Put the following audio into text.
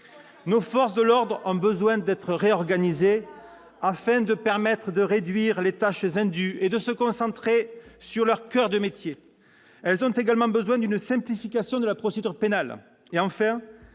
Nos forces de l'ordre ont besoin d'être réorganisées afin de permettre de réduire les tâches indues et de se concentrer sur leur coeur de métier. Elles ont également besoin d'une simplification de la procédure pénale.